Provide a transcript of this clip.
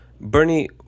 Bernie